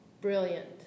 brilliant